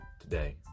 today